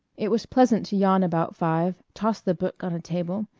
it was pleasant to yawn about five, toss the book on a table,